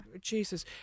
Jesus